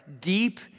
deep